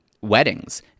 weddings